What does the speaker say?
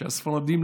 כשהספרדים,